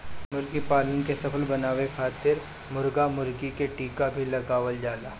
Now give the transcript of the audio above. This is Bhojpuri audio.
मुर्गीपालन के सफल बनावे खातिर मुर्गा मुर्गी के टीका भी लगावल जाला